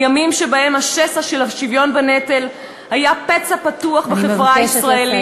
לימים שבהם השסע של השוויון בנטל היה פצע פתוח בחברה הישראלית.